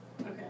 Okay